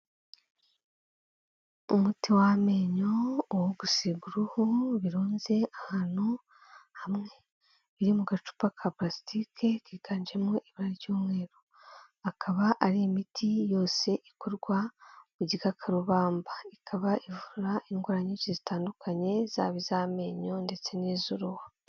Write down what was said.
Umuti w'amenyo, uwo gusiga uruhu birunze ahantu hamwe, biri mu gacupa ka palasitike kiganjemo ibara ry'umweru, akaba ari imiti yose ikorwa mu gikakarubamba, ikaba ivura indwara nyinshi zitandukanye zaba iz'amenyo ndetse n'iz'uruhu.